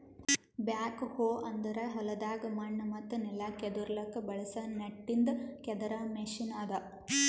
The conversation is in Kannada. ಬ್ಯಾಕ್ ಹೋ ಅಂದುರ್ ಹೊಲ್ದಾಗ್ ಮಣ್ಣ ಮತ್ತ ನೆಲ ಕೆದುರ್ಲುಕ್ ಬಳಸ ನಟ್ಟಿಂದ್ ಕೆದರ್ ಮೆಷಿನ್ ಅದಾ